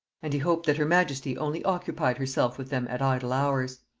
and he hoped that her majesty only occupied herself with them at idle hours.